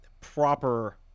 proper